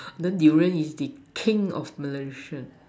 the Durian is the King of Malaysia